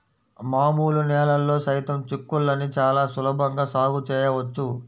మామూలు నేలల్లో సైతం చిక్కుళ్ళని చాలా సులభంగా సాగు చేయవచ్చు